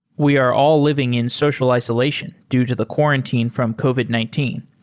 we are all living in social isolation due to the quarantine from covic nineteen.